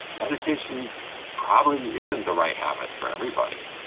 meditation probably isn't the right habit for everybody,